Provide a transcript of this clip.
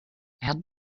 add